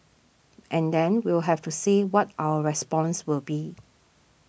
and then we'll have to say what our response will be